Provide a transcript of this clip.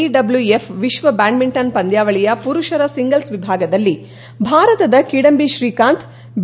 ಡಬ್ನ್ಹೊಎಫ್ ವಿಕ್ವ ಬ್ಯಾಡ್ಗಿಂಟನ್ ಪಂದ್ಚಾವಳಿಯ ಪುರುಷರ ಸಿಂಗಲ್ಲ್ ವಿಭಾಗದಲ್ಲಿ ಭಾರತದ ಕಿದಂಬಿ ಶ್ರೀಕಾಂತ್ ಬಿ